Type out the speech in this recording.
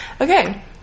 Okay